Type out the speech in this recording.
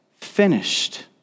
finished